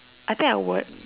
I think I would